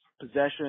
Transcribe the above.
possession